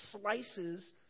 slices